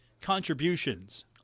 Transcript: contributions